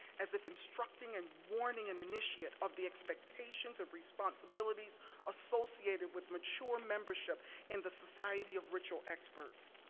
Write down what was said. as if instructing and warning an initiate of the expectations, of responsibilities associated with mature membership in the society of ritual experts.